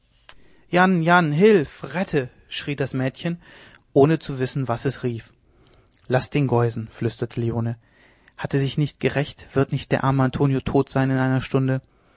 hilf rette schrie das mädchen ohne zu wissen was es rief laß den geusen flüsterte leone hat er sich nicht gerächt wird nicht der arme antonio tot sein in einer stunde